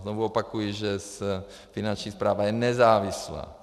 Znovu opakuji, že Finanční správa je nezávislá.